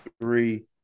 three